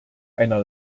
einer